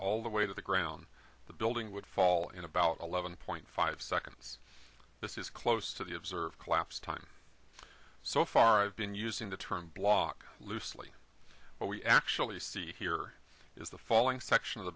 all the way to the ground the building would fall in about eleven point five seconds this is close to the observed collapse time so far i've been using the term block loosely what we actually see here is the following section of the